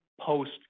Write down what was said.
post